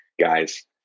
guys